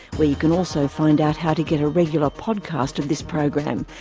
where you can also find out how to get a regular podcast of this program.